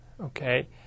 Okay